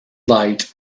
light